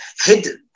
hidden